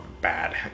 bad